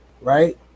right